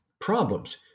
problems